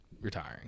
retiring